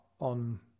on